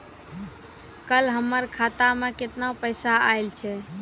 कल हमर खाता मैं केतना पैसा आइल छै?